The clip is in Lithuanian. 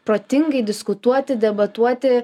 protingai diskutuoti debatuoti